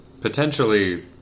potentially